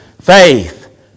faith